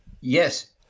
yes